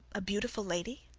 a beautiful lady,